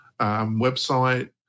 website